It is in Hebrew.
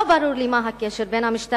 לא ברור לי מה הקשר בין המשטרה,